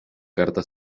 carta